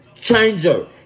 changer